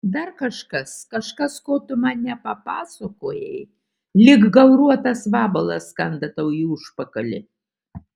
dar kažkas kažkas ko tu man nepapasakojai lyg gauruotas vabalas kanda tau į užpakalį